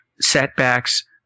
setbacks